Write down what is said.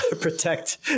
protect